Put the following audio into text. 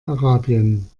arabien